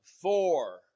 four